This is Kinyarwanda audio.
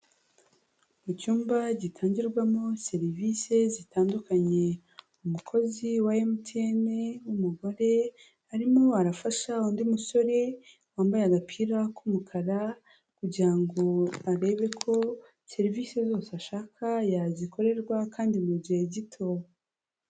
Icyumba gitangirwamo serivisi zitandukanye, umukozi wa MTN w'umugore, arimo arafasha undi musore wambaye agapira k'umukara, kugira ngo arebe ko serivisi zose ashaka yazikorerwa kandi mu gihe gito.